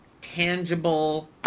tangible